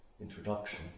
introduction